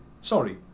Sorry